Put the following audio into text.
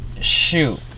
shoot